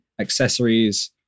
accessories